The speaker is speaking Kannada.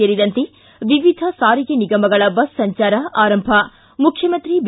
ಸೇರಿದಂತೆ ವಿವಿಧ ಸಾರಿಗೆ ನಿಗಮಗಳ ಬಸ್ ಸಂಜಾರ ಆರಂಭ ಮುಖ್ಯಮಂತ್ರಿ ಬಿ